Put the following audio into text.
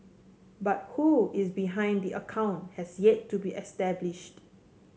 but who is behind the account has yet to be established